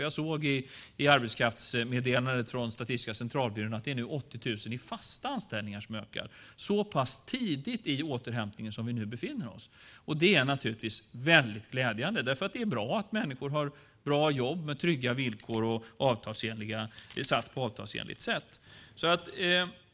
Jag såg i arbetskraftsmeddelandet från Statistiska centralbyrån att det nu är 80 000 i fasta anställningar som ökar, så pass tidigt i återhämtningen som vi nu befinner oss. Det är naturligtvis väldigt glädjande. Det är bra att människor har bra jobb med trygga villkor som är satta på avtalsenligt sätt.